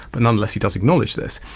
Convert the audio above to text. but nonetheless he does acknowledge this.